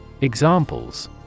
Examples